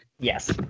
Yes